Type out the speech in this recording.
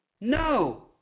No